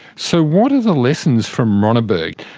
so what are the lessons from ronneburg?